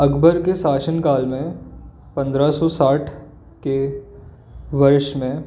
अकबर के शासनकाल में पंद्रह सौ साठ के वर्ष में